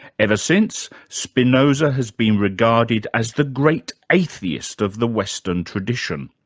ever since, spinoza has been regarded as the great atheist of the western tradition.